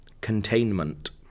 Containment